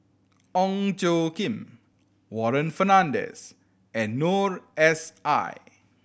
Ong Tjoe Kim Warren Fernandez and Noor S I